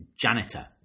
janitor